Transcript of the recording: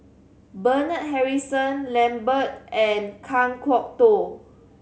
Bernard Harrison Lambert and Kan Kwok Toh